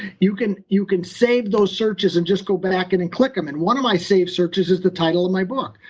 you can you can save those searches and just go back and then and click them. and one of my saved searches is the title of my book.